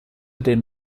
den